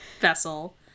vessel